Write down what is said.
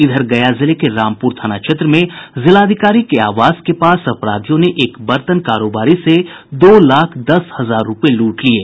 इधर गया जिले के रामपूर थाना क्षेत्र में जिलाधिकारी के आवास के पास अपराधियों ने एक बर्तन कारोबारी से दो लाख दस हजार रुपये लूट लिये